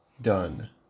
done